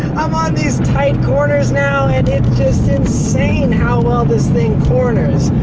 i'm on these tight corners, now, and it's just insane how well this thing corners.